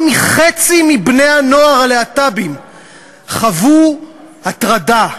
מחֵצי מבני-הנוער הלהט"בים חוו הטרדה,